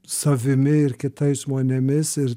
savimi ir kitais žmonėmis ir